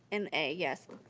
in a, yes.